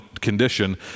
condition